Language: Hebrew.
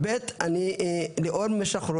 למשל,